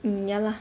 mm ya lah